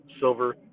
silver